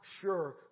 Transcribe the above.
sure